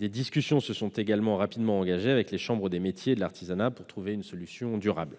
Des discussions se sont également rapidement engagées avec les chambres de métiers et de l'artisanat pour trouver une solution durable.